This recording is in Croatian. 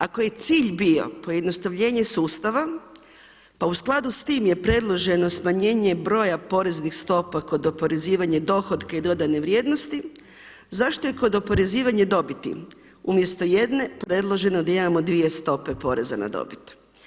Ako je cilj bio pojednostavljenje sustava, pa u skladu sa tim je predloženo smanjenje broja poreznih stopa kod oporezivanja dohotka i dodane vrijednosti, zašto je kod oporezivanja dobiti umjesto jedne predloženo da imamo dvije stope poreza na dobit.